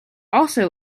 also